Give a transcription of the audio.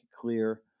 clear